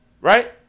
Right